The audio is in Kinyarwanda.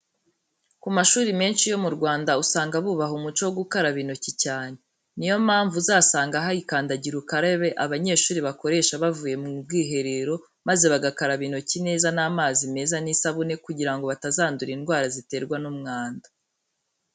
Ku mashuri menshi yo mu Rwanda usanga bubaha umuco wo gukaraba intoki cyane. Niyo mpamvu uzasanga hari kandagira ukarabe abanyeshuri bakoresha bavuye mu bwiherero, maze bagakaraba intoki neza n'amazi meza n'isabune kugira ngo batazandura indwarwa ziterwa n'umwanda.